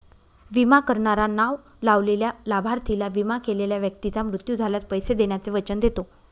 विमा करणारा नाव लावलेल्या लाभार्थीला, विमा केलेल्या व्यक्तीचा मृत्यू झाल्यास, पैसे देण्याचे वचन देतो